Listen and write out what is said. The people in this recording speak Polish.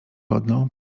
wodną